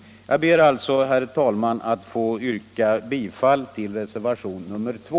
Jag ber alltså, herr talman, att få yrka bifall till reservationen 2.